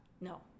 No